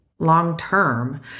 long-term